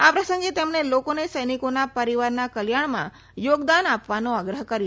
આ પ્રસંગે તેમણે લોકોને સૈનિકોના પરીવારના કલ્યાણમાં યોગદાન આપવાનો આગ્રહ કર્યો